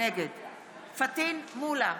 נגד פטין מולא,